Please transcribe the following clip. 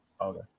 Okay